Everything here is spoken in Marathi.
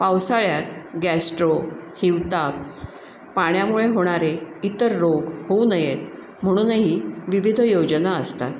पावसाळ्यात गॅस्ट्रो हिवताप पाण्यामुळे होणारे इतर रोग होऊ नयेत म्हणूनही विविध योजना असतात